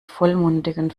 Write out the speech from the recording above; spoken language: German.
vollmundigen